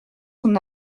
son